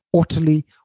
utterly